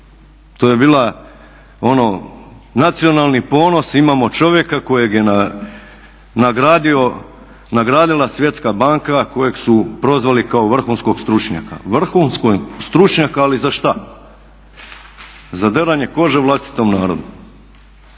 to je bila ono nacionalni ponos, imamo čovjeka kojeg je nagradila Svjetska banka, kojeg su prozvali kao vrhunskog stručnjaka. Vrhunskog stručnjaka ali za šta? Za deranje kože vlastitom narodu,